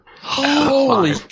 Holy